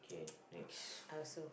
okay next